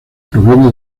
proviene